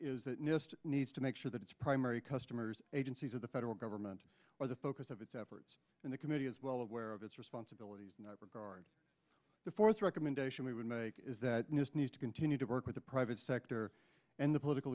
nist needs to make sure that its primary customers agencies of the federal government are the focus of its efforts and the committee is well aware of its responsibilities regard the fourth recommendation we would make is that nist needs to continue to work with the private sector and the political